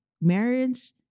Marriage